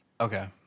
Okay